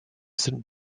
saint